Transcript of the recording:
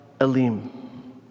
Elim